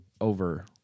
over